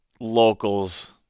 locals